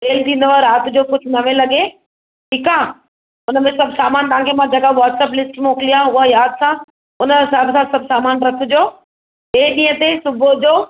तेलु थींदो राति जो कुझु नवें लॻे ठीकु आहे हुन में सभु सामानु तव्हांखे मां जेका वॉट्सप लिस्ट मोकिलियां उहा यादि सां हुन हिसाबु सां सभु सामानु रखिजो ॿिए ॾींहं ते सुबुह जो